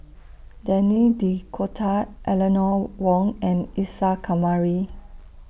Denis D'Cotta Eleanor Wong and Isa Kamari